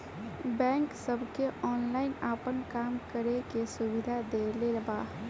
bank सबके online आपन काम करे के सुविधा देले बा